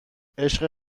عشق